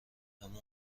اما